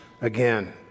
again